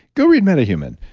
go read metahuman.